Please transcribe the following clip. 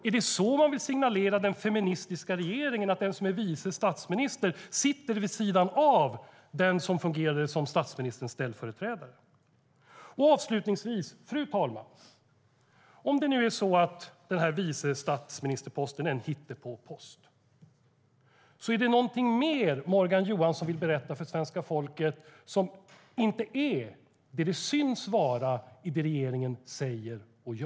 Är det så man vill signalera den feministiska regeringen, att den som är vice statsminister sitter vid sidan av den som fungerar som statsministerns ställföreträdare? Avslutningsvis, fru talman! Om den här vice statsminister-posten är en hittepåpost undrar jag: Är det någonting mer som inte är det som det synes vara i det regeringen säger och gör som Morgan Johansson vill berätta för svenska folket?